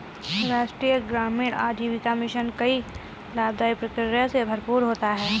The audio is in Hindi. राष्ट्रीय ग्रामीण आजीविका मिशन कई लाभदाई प्रक्रिया से भरपूर होता है